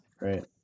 Right